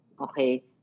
Okay